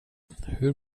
hur